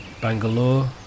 Bangalore